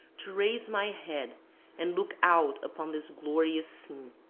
to raise my head and look out upon this glorious